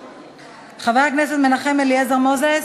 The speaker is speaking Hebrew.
חבר הכנסת מנחם אליעזר מוזס,